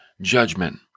judgment